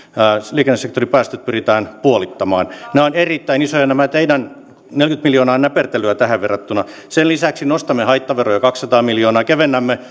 liikennesektorin päästöt pyritään puolittamaan nämä ovat erittäin isoja muutoksia ja nämä teidän neljäkymmentä miljoonaa ovat näpertelyä tähän verrattuna sen lisäksi nostamme haittaveroja kaksisataa miljoonaa kevennämme